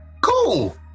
cool